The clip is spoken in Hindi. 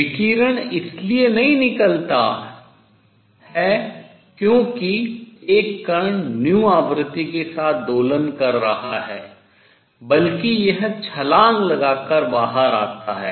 विकिरण इसलिए नहीं निकलता है क्योंकि एक कण आवृत्ति के साथ दोलन कर रहा है बल्कि यह छलांग लगाकर बाहर आता है